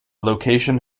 location